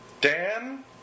Dan